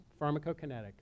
pharmacokinetic